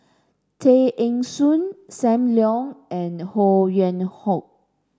Tay Eng Soon Sam Leong and Ho Yuen Hoe